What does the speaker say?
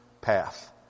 path